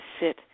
sit